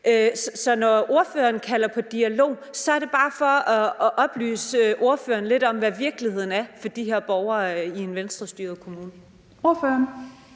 når ordføreren kalder på dialog, at oplyse ordføreren lidt om, hvad virkeligheden er for de her borgere i en Venstrestyret kommune. Kl.